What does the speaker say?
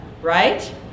right